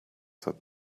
sat